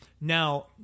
now